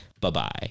Bye-bye